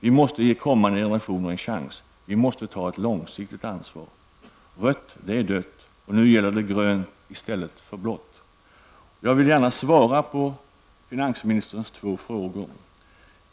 Vi måste ge kommande generationer en chans. Vi måste ta ett långsiktigt ansvar. Rött är dött. Nu gäller det grönt i stället för blått. Jag vill gärna svara på finansministerns två frågor.